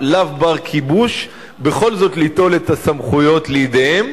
לאו-בר-כיבוש בכל זאת ליטול את הסמכויות לידיהם,